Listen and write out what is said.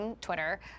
Twitter